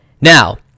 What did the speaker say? Now